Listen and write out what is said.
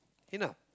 enough